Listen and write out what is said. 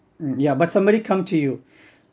yeah but somebody come to you